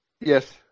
Yes